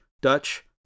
Dutch